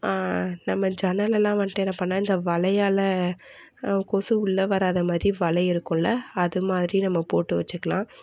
நம்ம ஜன்னல் எல்லாம் வந்துட்டு என்ன பண்ணால் இந்த வலையால் கொசு உள்ள வராத மாதிரி வலை இருக்கும்ல அது மாதிரி நம்ம போட்டு வச்சிக்கலாம்